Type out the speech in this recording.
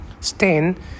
stain